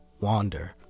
wander